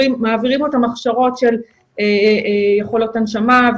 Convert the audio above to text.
מעבירים אותם הכשרות של חולות הנשמה,